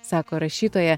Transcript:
sako rašytoja